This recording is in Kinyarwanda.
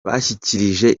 bashyikirije